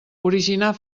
originar